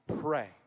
pray